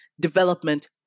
development